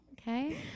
okay